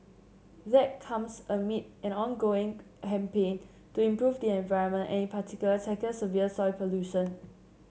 that comes amid an ongoing campaign to improve the environment and in particular tackle severe soil pollution